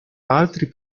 altri